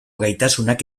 gaitasunak